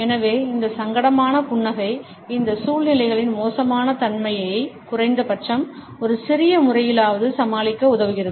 எனவே இந்த சங்கடமான புன்னகை இந்த சூழ்நிலைகளின் மோசமான தன்மையை குறைந்தபட்சம் ஒரு சிறிய முறையிலாவது சமாளிக்க உதவுகிறது